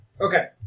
Okay